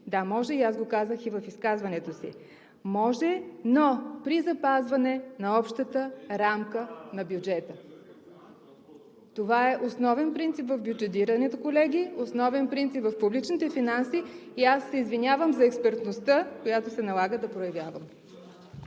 да, може, и аз го казах в изказването си. Може, но при запазване на общата рамка на бюджета. Това е основен принцип в бюджетирането, колеги, основен принцип в публичните финанси и аз се извинявам за експертността, която се налага да проявявам.